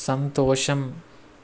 సంతోషం